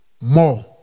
more